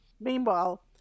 Meanwhile